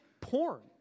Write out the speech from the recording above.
porn